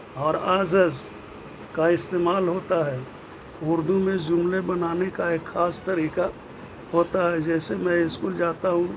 اور آزز کا استعمال ہوتا ہے اردو میں جملے بنانے کا ایک خاص طریقہ ہوتا ہے جیسے میں اسکول جاتا ہوں